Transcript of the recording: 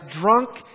drunk